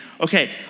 okay